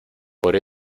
por